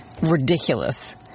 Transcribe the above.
ridiculous